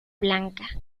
blanca